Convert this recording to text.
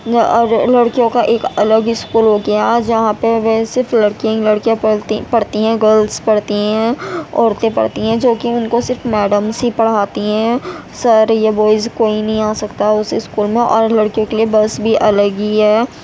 اور لڑکیوں کا ایک الگ اسکول ہو گیا جہاں پہ وہ صرف لڑکیاں ہی لڑکیاں پڑھتی ہیں گلرس پڑھتی ہیں عورتیں پڑھتی ہیں جوکہ ان کو صرف میڈمس ہی پڑھاتی ہیں سر یا بوائز کوئی نہیں آ سکتا اس اسکول میں اور لڑکیوں کے لیے بس بھی الگ ہی ہے